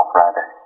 Friday